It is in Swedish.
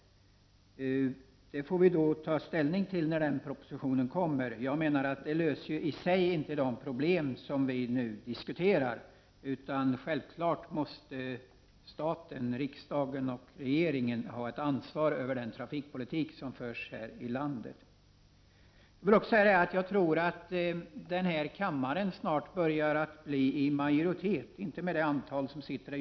Det får vi i så fall ta ställning till när den propositionen kommer. Jag menar att det i sig inte löser de problem som vi nu diskuterar. Självfallet måste staten, riksdagen och regeringen, ha ett ansvar för den trafikpolitik som förs här i landet. Jag vill också säga att jag tror att det snart börjar skapas en majoritet här i kammaren.